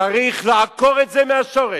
צריך לעקור את זה מהשורש.